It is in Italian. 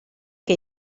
che